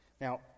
Now